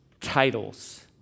titles